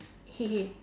hey hey